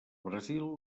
brasil